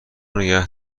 نگه